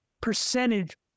percentage